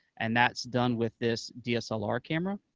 and that's done with this dslr camera,